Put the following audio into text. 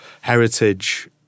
heritage